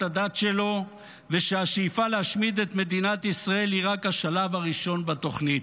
הדת שלו ושהשאיפה להשמיד את מדינת ישראל היא רק השלב הראשון בתוכנית.